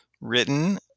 written